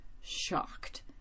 shocked